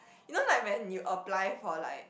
you know like when you apply for like